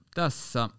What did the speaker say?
tässä